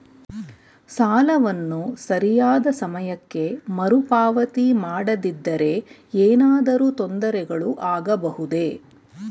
ಸಾಲವನ್ನು ಸರಿಯಾದ ಸಮಯಕ್ಕೆ ಮರುಪಾವತಿ ಮಾಡದಿದ್ದರೆ ಏನಾದರೂ ತೊಂದರೆಗಳು ಆಗಬಹುದೇ?